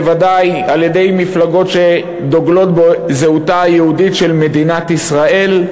בוודאי על-ידי מפלגות שדוגלות בזהותה היהודית של מדינת ישראל,